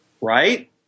right